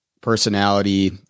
personality